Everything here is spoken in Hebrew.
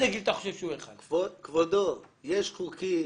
יש חוקים,